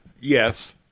Yes